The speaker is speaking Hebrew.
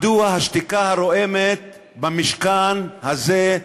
מדוע השתיקה הרועמת במשכן הזה,